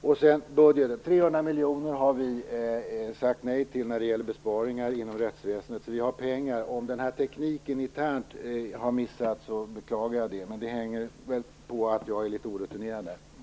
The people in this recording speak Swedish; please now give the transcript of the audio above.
Vi har sagt nej till besparingar på 300 miljoner kronor inom rättsväsendet. Vi har därför pengar. Om jag har missat tekniken internt beklagar jag det. Men det hänger samman med att jag är litet orutinerad i detta sammanhang.